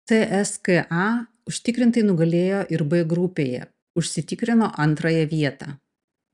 cska užtikrintai nugalėjo ir b grupėje užsitikrino antrąją vietą